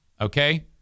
Okay